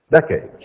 Decades